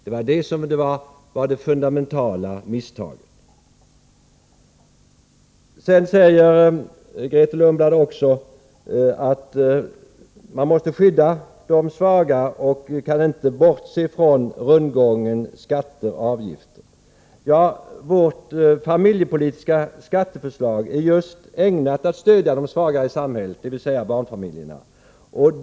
Det var det fundamentala misstaget. Grethe Lundblad säger också att man måste skydda de svaga och inte kan bortse från rundgången skatter-avgifter. Vårt familjepolitiska skatteförslag är just ägnat att stödja de svaga i samhället, dvs. barnfamiljerna.